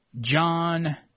John